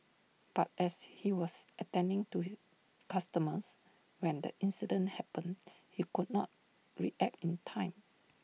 but as he was attending to customers when the incident happened he could not react in time